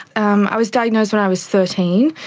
um i was diagnosed when i was thirteen,